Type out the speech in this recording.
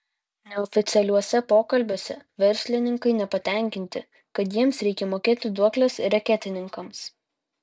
neoficialiuose pokalbiuose verslininkai nepatenkinti kad jiems reikia mokėti duokles reketininkams